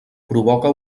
provoca